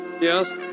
Yes